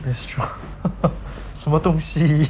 that's true 什么东西